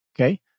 Okay